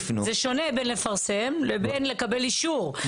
זה שונה בין לפרסם לבין לקבל אישור,